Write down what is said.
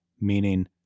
meaning